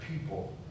people